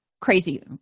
crazy